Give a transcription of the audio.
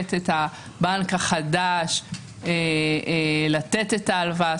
מחייבת את הבנק החדש לתת את ההלוואה.